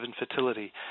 infertility